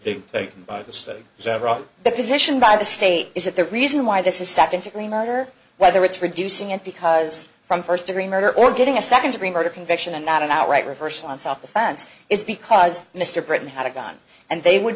offered the position by the state is that the reason why this is second degree murder whether it's reducing it because from first degree murder or getting a second degree murder conviction and not an outright reversal on south offense is because mr britain had a gun and they would